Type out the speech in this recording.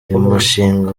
mushinga